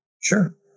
Sure